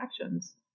actions